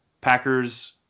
Packers